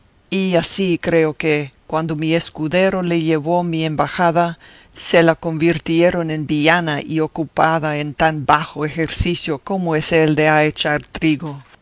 y así creo que cuando mi escudero le llevó mi embajada se la convirtieron en villana y ocupada en tan bajo ejercicio como es el de ahechar trigo